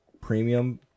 premium